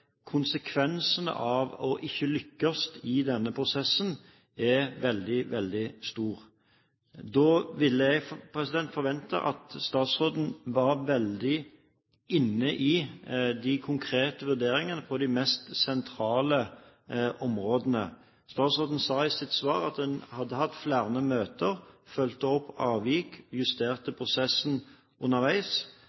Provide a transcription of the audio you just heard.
konsekvensene av ikke å lykkes i denne prosessen er veldig, veldig store, og jeg ville da forventet at statsråden var veldig inne i de konkrete vurderingene på de mest sentrale områdene. Statsråden sa i sitt svar at en hadde hatt flere møter, at en fulgte opp avvik og justerte